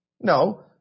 No